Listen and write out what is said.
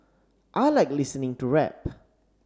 I like listening to rap